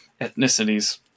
ethnicities